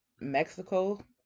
Mexico